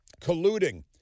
colluding